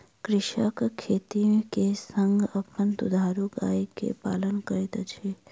कृषक खेती के संग अपन दुधारू गाय के पालन करैत अछि